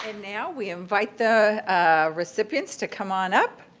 and now, we invite the recipients to come on up.